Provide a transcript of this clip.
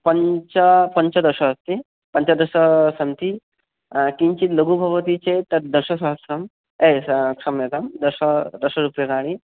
पञ्च पञ्चदश अस्ति पञ्चदश सन्ति किञ्चित् लघु भवति चेत् तद्दशसहस्रं ए सा क्षम्यतां दश दश रूप्यकाणि